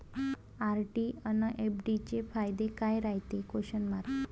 RD अन FD चे फायदे काय रायते?